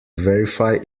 verify